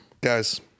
Guys